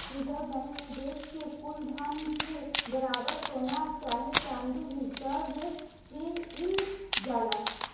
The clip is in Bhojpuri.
रिजर्व बैंक मे देश के कुल धन के बराबर सोना चाहे चाँदी रिजर्व केइल जाला